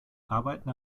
arbeiten